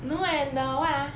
no eh the what ah